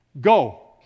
Go